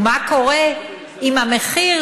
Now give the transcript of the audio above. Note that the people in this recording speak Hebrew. ומה קורה אם המחיר,